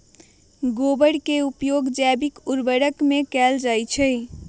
गोबर के उपयोग जैविक उर्वरक में कैएल जाई छई